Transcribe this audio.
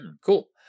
cool